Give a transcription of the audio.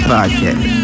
Podcast